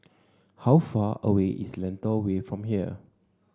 how far away is Lentor Way from here